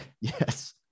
Yes